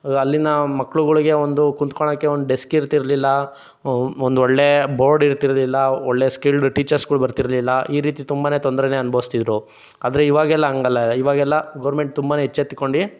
ಅಲ್ಲಿನ ಮಕ್ಕಳುಗಳಿಗೆ ಒಂದು ಕೂತ್ಕೊಳ್ಳೋಕೆ ಒಂದು ಡೆಸ್ಕ್ ಇರ್ತಿರಲಿಲ್ಲ ಒಂದೊಳ್ಳೆ ಬೋರ್ಡ್ ಇರ್ತಿರಲಿಲ್ಲ ಒಳ್ಳೆ ಸ್ಕಿಲ್ಡ್ ಟೇಚರ್ಸ್ಗಳು ಬರ್ತಿರಲಿಲ್ಲ ಈ ರೀತಿ ತುಂಬನೇ ತೊಂದರೆನೇ ಅನುಭವಿಸ್ತಿದ್ರು ಆದರೆ ಈವಾಗೆಲ್ಲ ಹಂಗಲ್ಲ ಈವಾಗೆಲ್ಲ ಗೋರ್ಮೆಂಟ್ ತುಂಬನೇ ಎಚ್ಚೆತ್ತುಕೊಂಡು